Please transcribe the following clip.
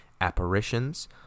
Apparitions